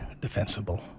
defensible